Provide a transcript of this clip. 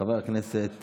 חבר הכנסת